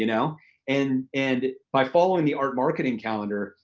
you know and and by following the art marketing calendar,